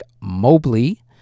Mobley